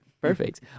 Perfect